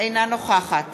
אינה נוכחת